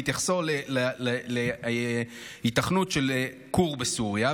בהתייחסו להיתכנות של כור בסוריה.